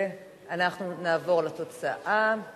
חוק